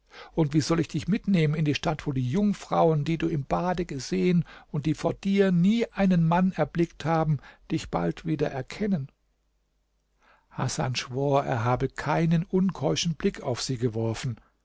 und wie soll ich dich mitnehmen in die stadt wo die jungfrauen die du im bade gesehen und die vor dir nie einen mann erblickt haben dich bald wieder erkennen hasan schwor er habe keinen unkeuschen blick auf sie geworfen